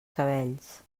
cabells